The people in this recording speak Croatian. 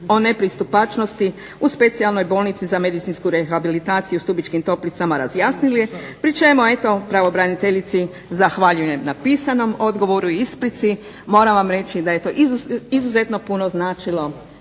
o nepristupačnosti u Specijalnoj bolnici za medicinsku rehabilitaciju u Stubičkim toplicama razjasnile pri čemu eto pravobraniteljici zahvaljujem na pisanom odgovoru i isprici. Moram vam reći da je to izuzetno puno značilo